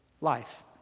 life